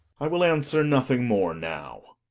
i will answer nothing more now.